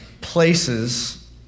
places